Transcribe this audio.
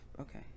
okay